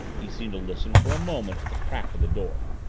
he seemed to listen for a moment at the crack of the door.